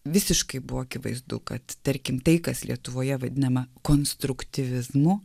visiškai buvo akivaizdu kad tarkim tai kas lietuvoje vadinama konstruktyvizmu